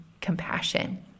compassion